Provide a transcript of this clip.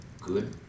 good